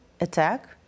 attack